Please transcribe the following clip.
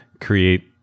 create